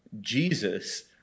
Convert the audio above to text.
Jesus